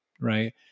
right